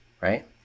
right